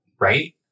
Right